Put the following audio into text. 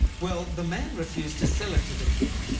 well, the man refused to sell it to the king.